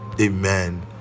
Amen